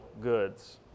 goods